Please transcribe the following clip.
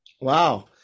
Wow